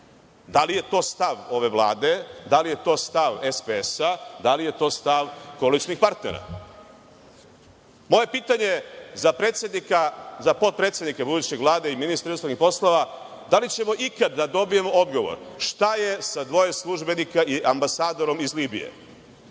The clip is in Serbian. Da li je to stav ove Vlade, da li je to stav SPS, da li je to stav koalicionih partnera? Moje pitanje za potpredsednika buduće Vlade i ministra inostranih poslova – da li ćemo ikada da dobijemo odgovor šta je sa dvoje službenika i ambasadorom iz Libije?